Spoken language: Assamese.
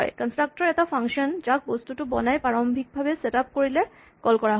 কন্স্ট্ৰাকটৰ এটা ফাংচন যাক বস্তুটো বনাই প্ৰাৰম্ভিকভাৱে চেট আপ কৰিলে কল কৰা যায়